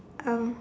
um